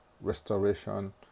restoration